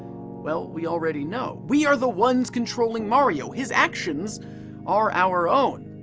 well we already know. we are the ones controlling mario. his actions are our own.